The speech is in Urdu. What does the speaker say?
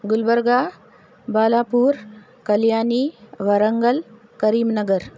گلبرگہ بالاپور کلیانی وارانگل کریم نگر